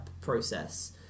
process